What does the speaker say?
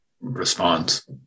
response